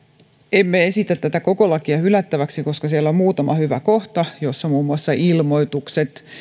emme esitä koko lakia hylättäväksi koska siellä on muutama hyvä kohta muun muassa ilmoitukset